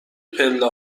پله